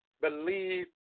believe